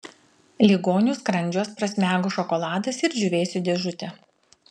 ligonių skrandžiuos prasmego šokoladas ir džiūvėsių dėžutė